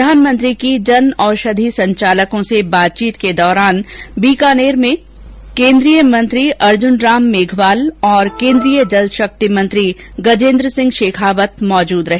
प्रधानमंत्री की जन औषधि संचालकों से बातचीत के दौरान बीकानेर में केन्द्रीय मंत्री अर्जुन राम मेघवाल और केन्द्रीय जल शक्ति मंत्री गजेन्द्र सिंह शेखावत मौजूद रहे